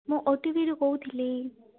ମୁଁ ଓ ଟିଭିରୁ କହୁଥିଲି